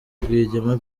rwigema